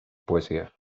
poesía